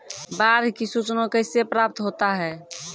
बाढ की सुचना कैसे प्राप्त होता हैं?